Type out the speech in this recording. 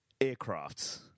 aircrafts